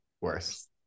worse